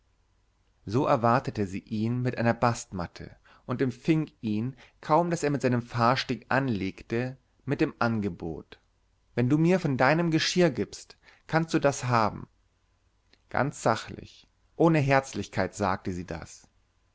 so erwartete sie ihn mit einer bastmatte und empfing ihn kaum daß er mit seinem fahrsteg anlegte mit dem angebot wenn du mir von deinem geschirr gibst kannst du das haben ganz sachlich ohne herzlichkeit sagte sie das